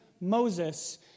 Moses